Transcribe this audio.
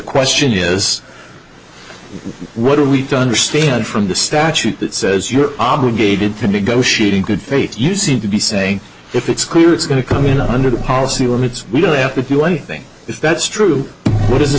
question is what are we to understand from the statute that says you're obligated to negotiate in good faith you seem to be saying if it's clear it's going to come in under the policy limits we don't have to do anything if that's true what is th